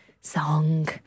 song